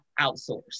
outsource